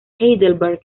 heidelberg